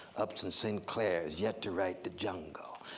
upton sinclair has yet to write the jungle.